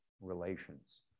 relations